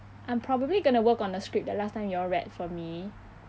I'm probably gonna work on the script the last time you all read for me